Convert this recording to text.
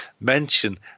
Mention